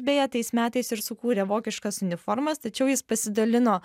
beje tais metais ir sukūrė vokiškas uniformas tačiau jis pasidalino